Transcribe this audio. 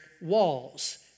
walls